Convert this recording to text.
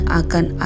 akan